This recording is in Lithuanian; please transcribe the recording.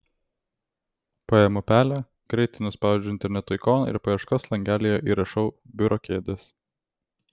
paimu pelę greitai nuspaudžiu interneto ikoną ir paieškos langelyje įrašau biuro kėdės